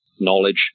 knowledge